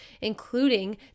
including